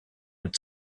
had